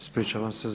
Ispričavam se.